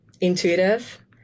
intuitive